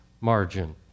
margin